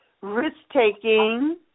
risk-taking